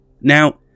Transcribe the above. Now